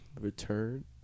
Return